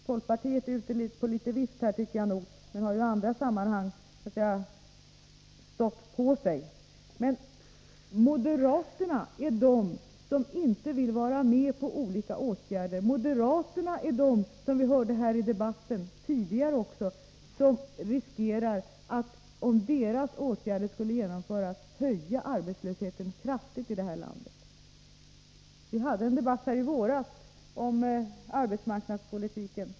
Folkpartiet är ute på vift, men har i andra sammanhang så att säga stått på sig. Moderaterna är de som inte vill vara med på olika åtgärder. Det är moderaternas förslag som, om det genomfördes, skulle öka arbetslösheten kraftigt i det här landet. Vi hade en debatt i våras om arbetsmarknadspolitiken.